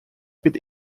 під